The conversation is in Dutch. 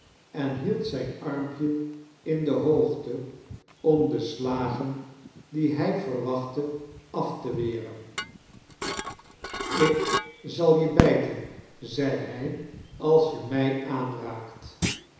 en hield zijn armpje in de hoogte om de slagen die hif verwachtte af te weren ik zal je bijten zei hij als je mij aanraakt